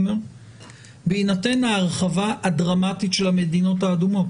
בהינתן ההרחבה הדרמטית של המדינות האדומות,